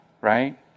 right